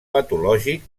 patològic